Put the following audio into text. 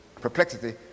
perplexity